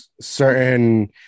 certain